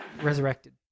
resurrected